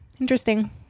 Interesting